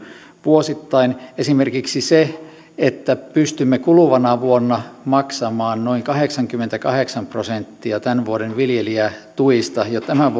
vuosittain esimerkiksi se että pystymme kuluvana vuonna maksamaan noin kahdeksankymmentäkahdeksan prosenttia tämän vuoden viljelijätuista jo tämän